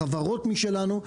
חברות משלנו,